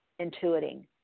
intuiting